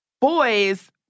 boys